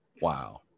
Wow